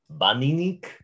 Baninik